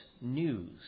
news